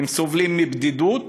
סובלים מבדידות,